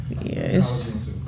Yes